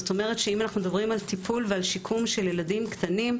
אם אנו מדברים על טיפול ושיקום של ילדים קטנים,